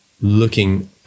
looking